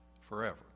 Forever